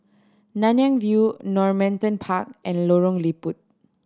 Nanyang View Normanton Park and Lorong Liput